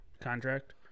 contract